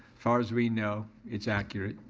far as we know, it's accurate.